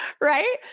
Right